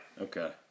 Okay